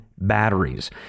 batteries